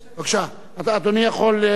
בבקשה, אדוני יכול,